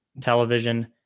television